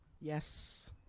Yes